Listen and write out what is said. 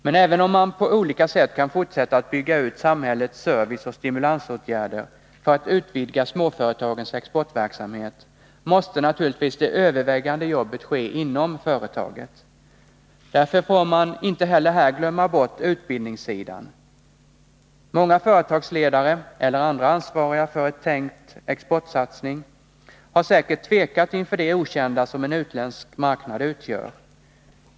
Men även om man på olika sätt kan fortsätta att bygga ut samhällets serviceoch stimulansåtgärder för att utvidga småföretagens exportverksamhet måste naturligtvis det övervägande jobbet ske inom företaget. Därför får man inte heller glömma bort utbildningssidan. Många företagsledare eller andra ansvariga för en tänkt exportsatsning har säkert tvekat inför det okända som en utländsk marknad utgör.